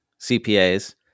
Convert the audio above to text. CPAs